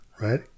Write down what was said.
Right